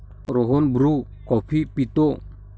Rohan Bru coffee पितो